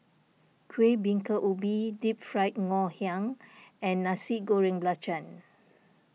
Kueh Bingka Ubi Deep Fried Ngoh Hiang and Nasi Goreng Belacan